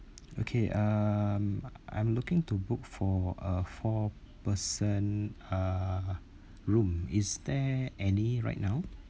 okay uh I'm looking to book for uh four person uh room is there any right now